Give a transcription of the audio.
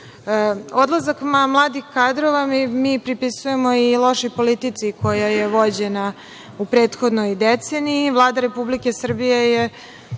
EU.Odlazak mladih kadrova mi pripisujemo i lošoj politici koja je vođena u prethodnoj deceniji. Vlada Republike Srbije je,